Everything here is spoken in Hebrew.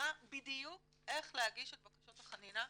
שמסבירה בדיוק איך להגיש את בקשות החנינה,